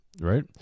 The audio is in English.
right